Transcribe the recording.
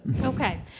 Okay